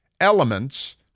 elements